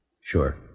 Sure